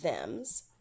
thems